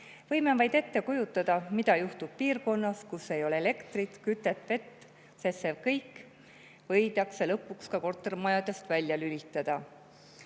Võime vaid ette kujutada, mis juhtub piirkonnas, kus ei ole elektrit, kütet, vett, sest see kõik võidakse lõpuks kortermajadest välja lülitada.